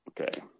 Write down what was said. Okay